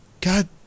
God